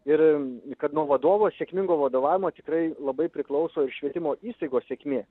ir kad nuo vadovo sėkmingo vadovavimo tikrai labai priklauso ir švietimo įstaigos sėkmė